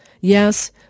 Yes